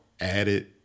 added